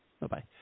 Bye-bye